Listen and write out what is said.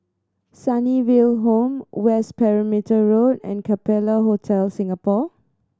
Sunnyville Home West Perimeter Road and Capella Hotel Singapore